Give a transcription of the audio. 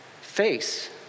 face